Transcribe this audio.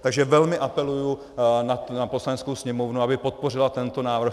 Takže velmi apeluji na Poslaneckou sněmovnu, aby podpořila tento návrh.